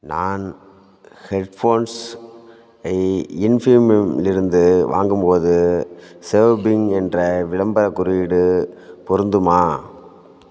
நான் ஹெட்ஃபோன்ஸ் ஐ இன்ஃபீபீம் இலிருந்து வாங்கும்போது சேவ்பீம் என்ற விளம்பரக் குறியீடு பொருந்துமா